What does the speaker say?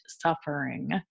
suffering